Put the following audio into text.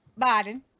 Biden